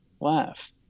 Laugh